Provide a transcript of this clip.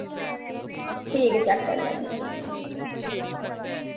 ठीक ऐ चेक करी लैगी ठीक ऐ